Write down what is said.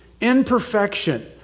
imperfection